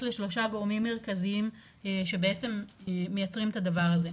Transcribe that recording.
לשלושה גורמים מרכזיים שבעצם מייצרים את הדבר הזה.